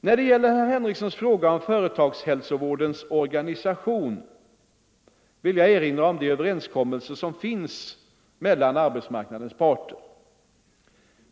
När det gäller herr Henriksons fråga om företagshälsovårdens organisation vill jag erinra om de överenskommelser som finns mellan arbetsmarknadens parter.